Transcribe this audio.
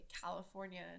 California